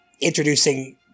introducing